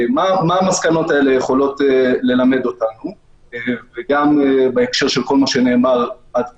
מה המסקנות האלה יכולות ללמד אותנו וגם בהקשר לכל מה שנאמר עד כה?